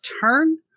turn